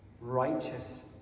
righteous